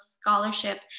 Scholarship